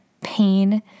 Pain